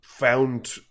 Found